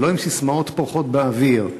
ולא עם ססמאות פורחות באוויר,